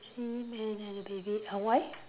three men and a baby ah why